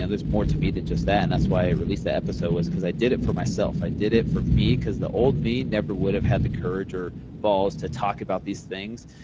ah there's more to me than just that, and that's why i released the episode was because i did it for myself, i did it for me, because the old me never would have had the courage or balls to talk about these things.